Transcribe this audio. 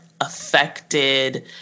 affected